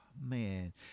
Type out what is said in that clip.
Man